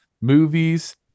movies